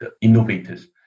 innovators